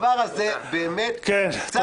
הדבר הזה באמת קצת יצא מפרופורציות.